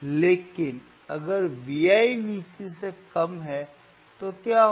लेकिन अगर Vi Vc से कम है तो क्या होगा